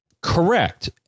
Correct